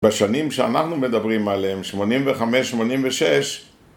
בשנים שאנחנו מדברים עליהן, 85-86